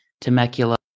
Temecula